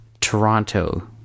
Toronto